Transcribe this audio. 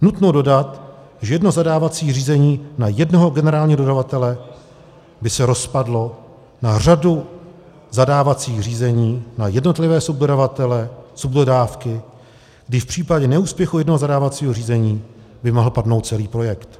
Nutno dodat, že jedno zadávací řízení na jednoho generálního dodavatele by se rozpadlo na řadu zadávacích řízení na jednotlivé subdodavatele, subdodávky, když v případě neúspěchu jednoho zadávacího řízení by mohl padnout celý projekt.